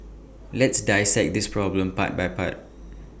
let's dissect this problem part by part